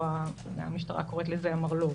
המשטרה קוראת לזה המרלוג.